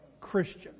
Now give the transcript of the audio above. Christian